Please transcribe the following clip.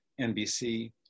NBC